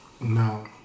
No